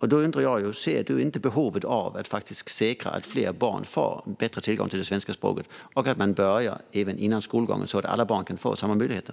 Jag undrar: Ser du inte behovet av att säkra att fler barn får bättre tillgång till svenska språket och att börja även före skolgången, så att alla barn kan få samma möjligheter?